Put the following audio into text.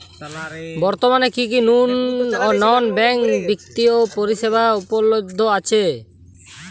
বর্তমানে কী কী নন ব্যাঙ্ক বিত্তীয় পরিষেবা উপলব্ধ আছে?